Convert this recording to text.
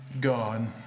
God